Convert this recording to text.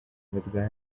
that